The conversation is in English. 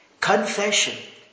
Confession